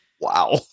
Wow